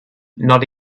not